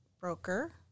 broker